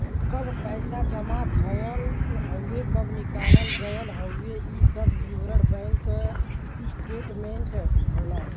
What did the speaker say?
कब पैसा जमा भयल हउवे कब निकाल गयल हउवे इ सब विवरण बैंक स्टेटमेंट होला